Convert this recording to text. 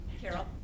Carol